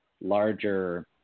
larger